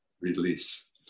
release